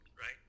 right